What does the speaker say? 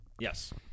Yes